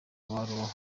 mabaruwa